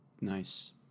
Nice